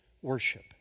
worship